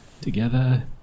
together